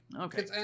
Okay